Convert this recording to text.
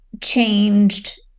changed